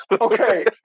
Okay